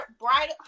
bright